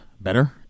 better